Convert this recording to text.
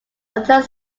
other